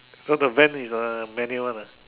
so the van is manual one ah